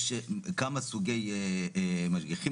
יש כמה סוגי משגיחים.